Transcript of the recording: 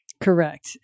Correct